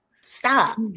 stop